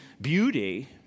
beauty